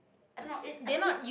I don't know is I don't know